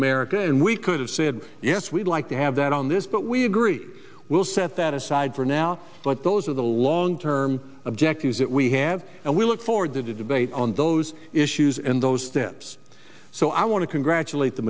america and we could have said yes we'd like to have that on this but we agree we'll set that aside for now but those are the long term objectives that we have and we look forward to the debate on those issues and those steps so i want to congratulate the